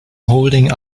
holding